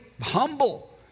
humble